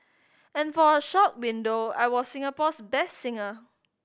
and for a short window I was Singapore's best singer